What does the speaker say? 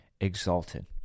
exalted